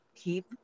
keep